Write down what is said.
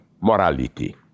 morality